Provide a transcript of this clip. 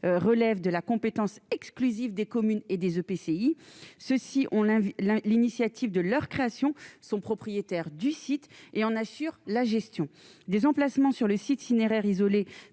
relève de la compétence exclusive des communes et des EPCI ceci, on l'a vu là l'initiative de leur création, son propriétaire du site et en assure la gestion des emplacements sur le site itinéraire isolés